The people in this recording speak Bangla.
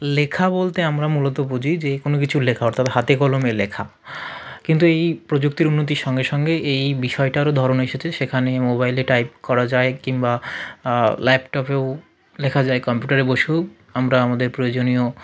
লেখা বলতে আমরা মূলত বুঝি যে কোনো কিছু লেখা অর্থাৎ হাতেকলমে লেখা কিন্তু এই প্রযুক্তির উন্নতির সঙ্গে সঙ্গে এই বিষয়টারও ধরন এসেছে সেখানে মোবাইলে টাইপ করা যায় কিংবা ল্যাপটপেও লেখা যায় কম্পিউটারে বসেও আমরা আমাদের প্রয়োজনীয়